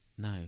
No